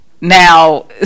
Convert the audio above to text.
Now